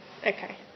Okay